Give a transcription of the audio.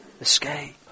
escape